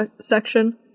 section